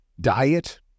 diet